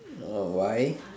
orh why